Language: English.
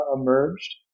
emerged